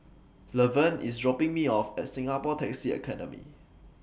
Lavern IS dropping Me off At Singapore Taxi Academy